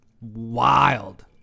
wild